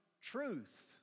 truth